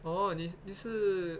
哦你你是